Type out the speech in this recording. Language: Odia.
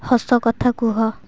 ହସ କଥା କୁହ